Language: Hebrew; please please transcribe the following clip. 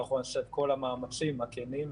אנחנו נעשה את כל המאמצים הכנים,